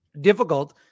difficult